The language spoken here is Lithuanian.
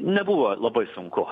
nebuvo labai sunku